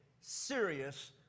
serious